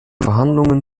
verhandlungen